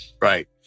right